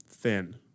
thin